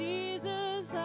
Jesus